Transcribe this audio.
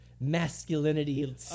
masculinity